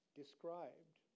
described